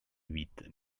huit